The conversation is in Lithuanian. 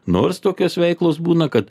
nors tokios veiklos būna kad